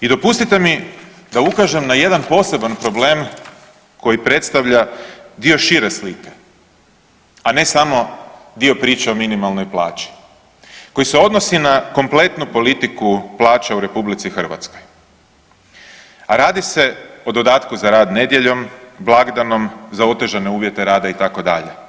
I dopustite mi da ukažem na jedan poseban problem koji predstavlja dio šire slike, a ne samo dio priče o minimalnoj plaći koji se odnosi na kompletnu politiku plaća u RH, a radi se o dodatku za rad nedjeljom, blagdanom, za otežane uvjete rada, itd.